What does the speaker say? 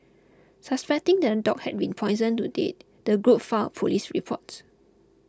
suspecting that the dog had been poisoned to dead the group filed a police report